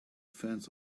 fans